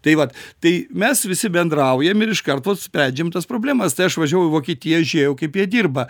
tai vat tai mes visi bendraujam ir iškarto sprendžiam tas problemas tai aš važiavau į vokietiją žiūrėjau kaip jie dirba